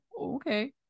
okay